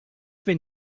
been